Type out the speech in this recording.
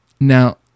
Now